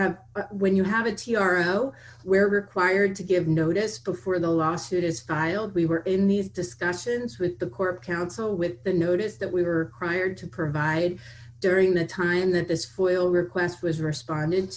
have when you have a t r o where required to give notice before the lawsuit is filed we were in these discussions with the court counsel with the notice that we were prior to provide during the time that this foil request was responded